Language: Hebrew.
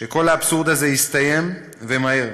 שכל האבסורד הזה יסתיים, ומהר.